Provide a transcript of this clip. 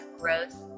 growth